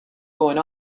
going